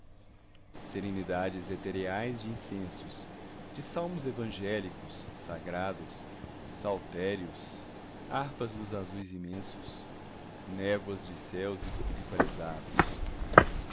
serenidades etereais d'incensos de salmos evangélicos sagrados saltérios harpas dos azuis imensos névoas de céus espiritualizados